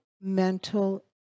mental